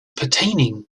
pertaining